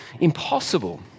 impossible